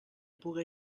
puga